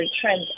trends